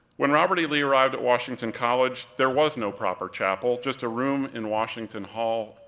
when robert e. lee arrived at washington college, there was no proper chapel, just a room in washington hall,